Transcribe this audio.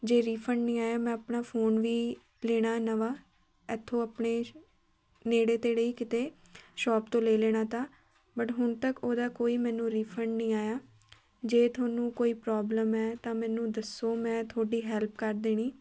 ਜੇ ਰੀਫੰਡ ਨਹੀਂ ਆਇਆ ਮੈਂ ਆਪਣਾ ਫੋਨ ਵੀ ਲੈਣਾ ਨਵਾਂ ਇਥੋਂ ਆਪਣੇ ਨੇੜੇ ਤੇੜੇ ਹੀ ਕਿਤੇ ਸ਼ੋਪ ਤੋਂ ਲੈ ਲੈਣਾ ਤਾਂ ਬਟ ਹੁਣ ਤੱਕ ਉਹਦਾ ਕੋਈ ਮੈਨੂੰ ਰੀਫੰਡ ਨਹੀਂ ਆਇਆ ਜੇ ਤੁਹਾਨੂੰ ਕੋਈ ਪ੍ਰੋਬਲਮ ਹੈ ਤਾਂ ਮੈਨੂੰ ਦੱਸੋ ਮੈਂ ਤੁਹਾਡੀ ਹੈਲਪ ਕਰ ਦੇਣੀ